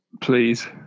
Please